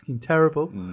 Terrible